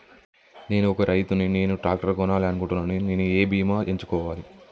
నేను ఒక రైతు ని నేను ట్రాక్టర్ కొనాలి అనుకుంటున్నాను నేను ఏ బీమా ఎంచుకోవాలి?